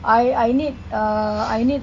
I I need uh I need